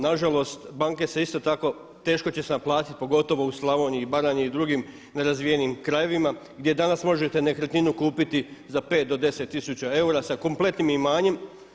Nažalost, banke se isto tako teško će se naplatiti pogotovo u Slavoniji i Baranji i drugim nerazvijenim krajevima gdje danas možete nekretninu kupiti za pet do deset tisuća eura sa kompletnim imanjem.